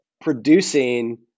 producing